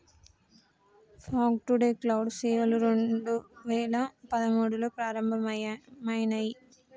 fog to cloud సేవలు రెండు వేల పదమూడులో ప్రారంభమయినాయి